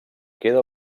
queda